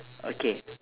okay